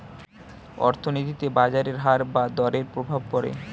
অর্থনীতিতে বাজারের হার বা দরের প্রভাব পড়ে